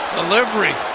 Delivery